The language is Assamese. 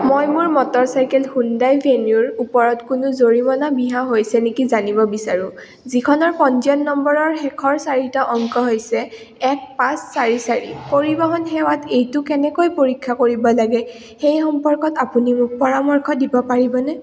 মই মোৰ মটৰচাইকেল হুণ্ডাই ভেন্যুৰ ওপৰত কোনো জৰিমনা বিহা হৈছে নেকি জানিব বিচাৰোঁ যিখনৰ পঞ্জীয়ন নম্বৰৰ শেষৰ চাৰিটা অংক হৈছে এক পাঁচ চাৰি চাৰি পৰিবহণ সেৱাত এইটো কেনেকৈ পৰীক্ষা কৰিব লাগে সেই সম্পৰ্কত আপুনি মোক পৰামৰ্শ দিব পাৰিবনে